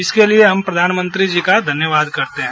इसक लिए हम प्रधानमंत्री का धन्यवाद करते हैं